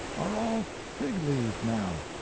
are all fig-leaved now.